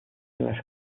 las